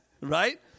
Right